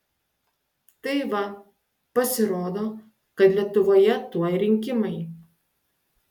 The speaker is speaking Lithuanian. tai va pasirodo kad lietuvoje tuoj rinkimai